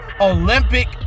Olympic